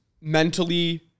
mentally